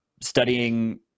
studying